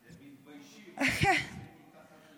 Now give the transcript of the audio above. הם מתביישים, הם מתחבאים מתחת לזה.